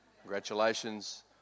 congratulations